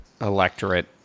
electorate